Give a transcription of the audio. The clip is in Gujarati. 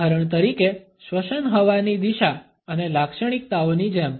ઉદાહરણ તરીકે શ્વસન હવાની દિશા અને લાક્ષણિકતાઓની જેમ